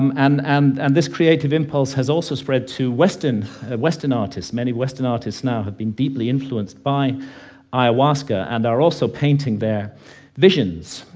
um and and and this creative impulse has also spread to western western artists many western artists now have been deeply influenced by ayahuasca and are also painting their visions.